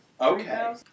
Okay